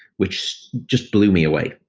which just blew me away.